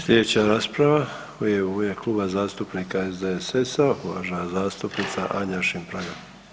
Slijedeća rasprava je u ime Kluba zastupnika SDSS-a, uvažena zastupnica Anja Šimpraga.